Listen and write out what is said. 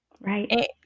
Right